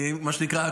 מה שנקרא,